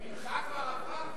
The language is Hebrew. מנחה כבר עברה.